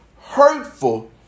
hurtful